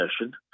session